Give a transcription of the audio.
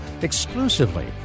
exclusively